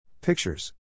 Pictures